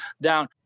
down